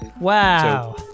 Wow